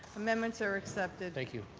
amendments are accepted. thank you,